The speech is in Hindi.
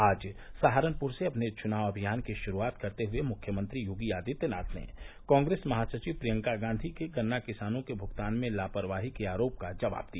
आज सहारनपुर से अपने चुनाव अभियान की शुरूआत करते हुए मुख्यमंत्री योगी आदित्यनाथ ने कांप्रेस महासचिव प्रियंका गांधी के गन्ना किसानों के भुगतान में लापरवाही के आरोप का जवाब दिया